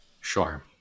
Sure